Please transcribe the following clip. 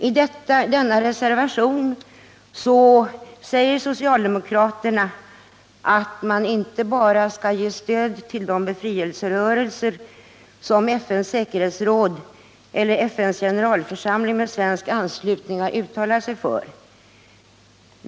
I denna reservation säger socialdemokraterna att man inte bara skall ge stöd till de befrielserörelser som FN:s säkerhetsråd eller FN:s generalförsamling med svensk anslutning uttalat sig för.